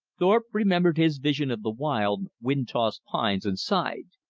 thorpe remembered his vision of the wild, wind-tossed pines, and sighed.